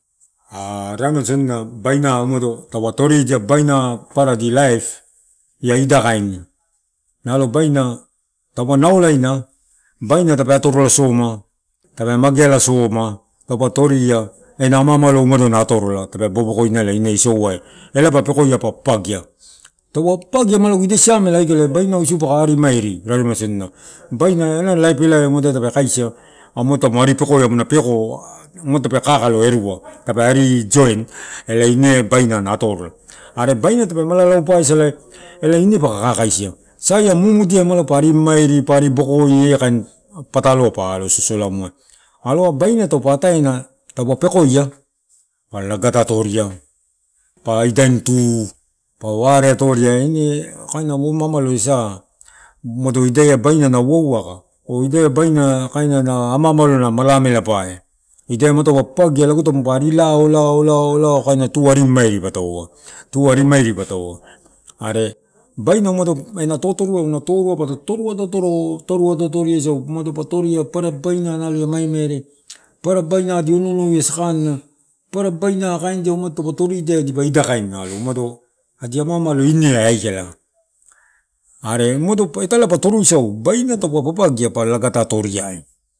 A arema sodina umado babaina adi laip ta ida kaini na baina taupe naolaina, baina tape atorola soma, ta mageala soma, taupa toria, ena ama amalo na atorola paka bobokoina, isou i paka bobokoina taupe papagi ma ida somale aikala ma bainau isi paka ari mamairi ela, baina ela arulana ida paupa kaisi a matampa ari pekoe tape kakalo tape ari join, elai ine baina na atorola, are baina tape maimare sa ela ina paka kakaisia, saiai ma mumudia ma pato ari mamari pa ari bokoi ela, kain patalo a pa sosolamuai, are baina taupo ataena pa lagata atoria, pa idain tu pa ware atoria ine, kaina au amaumalo ia sa, umadai baina na waua aka ida baina kain ama amalola na ma amelapae ida alo taupe papagia lago tamupa ari lao, lao elai tu ari mamairi pa aloa tu ari mamairi pa to, are baina ia maimaire papara baina adi onou ono ono ine ai aikala, are italae umano topo toruisau, baina taupe papagia pa laga otoriai.